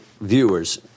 viewers